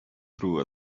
through